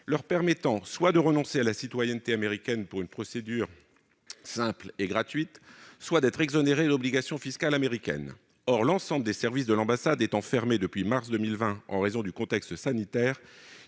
leur permettant soit de renoncer à la citoyenneté américaine par une procédure simple et gratuite, soit d'être exonérés d'obligations fiscales américaines. Or l'ensemble des services de l'ambassade étant fermés depuis mars 2020 en raison du contexte sanitaire,